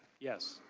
yes.